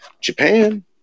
Japan